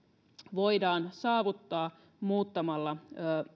voidaan saavuttaa muuttamalla